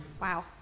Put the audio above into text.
Wow